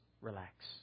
relax